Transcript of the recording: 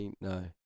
No